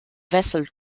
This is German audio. wessel